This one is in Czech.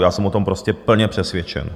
Já jsem o tom prostě plně přesvědčen.